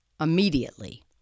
immediately